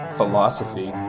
philosophy